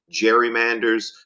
gerrymanders